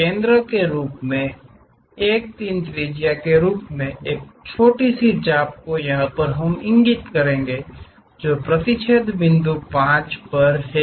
1 केंद्र के रूप में 1 3 त्रिज्या के रूप में एक छोटी चाप को इंगित करें जो प्रतिच्छेद बिंदु 5 है